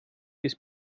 ist